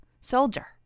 soldier